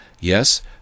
yes